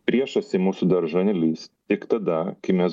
priešas į mūsų daržą nelįs tik tada kai mes